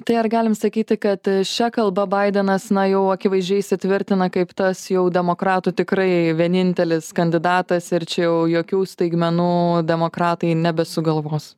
tai ar galim sakyti kad šia kalba baidenas na jau akivaizdžiai įsitvirtina kaip tas jau demokratų tikrai vienintelis kandidatas ir čia jau jokių staigmenų demokratai nebesugalvos